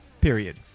period